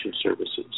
services